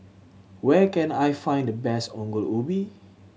where can I find the best Ongol Ubi